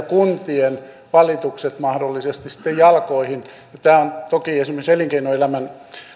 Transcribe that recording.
kuntien valitukset mahdollisesti sitten jalkoihin ja tämä on toki esimerkiksi elinkeinoelämän